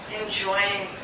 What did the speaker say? enjoying